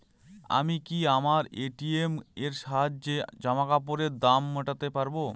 আমি কি আমার এ.টি.এম এর সাহায্যে জামাকাপরের দাম মেটাতে পারব?